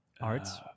arts